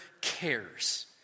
cares